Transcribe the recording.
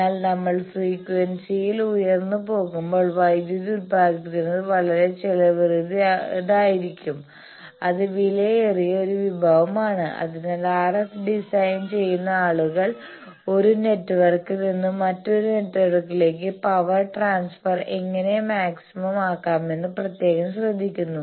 എന്നാൽ നമ്മൾ ഫ്രീക്വൻസി യിൽ ഉയർന്ന് പോകുമ്പോൾ വൈദ്യുതി ഉൽപ്പാദിപ്പിക്കുന്നത് വളരെ ചെലവേറിയതായിരിക്കും അത് വിലയേറിയ ഒരു വിഭവമാണ് അതിനാലാണ് RF ഡിസൈൻ ചെയുന്ന ആളുകൾ ഒരു നെറ്റ്വർക്കിൽ നിന്ന് മറ്റൊരു നെറ്റ്വർക്കിലേക്ക് പവർ ട്രാൻസ്ഫർ എങ്ങനെ മാക്സിമം ആക്കാമെന്ന് പ്രത്യേകം ശ്രദ്ധിക്കുന്നത്